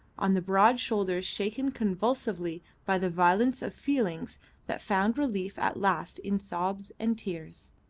on the broad shoulders shaken convulsively by the violence of feelings that found relief at last in sobs and tears.